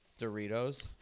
Doritos